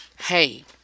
hey